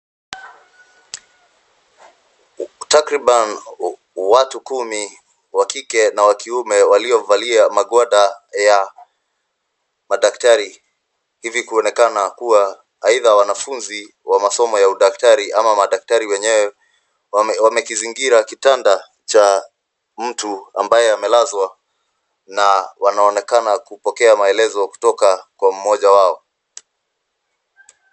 Takriban watu kumi wa kike na wa kiume waliovalia magwanda ya madaktari, hivi kuonekana kuwa aidha wanafunzi wa masomo ya udaktari ama madaktari wenyewe. Wamekizingira kitanda cha mtu ambaye amelazwa na wanaonekana kupokea maelezo kutoka kwa mmoja wao.